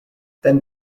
then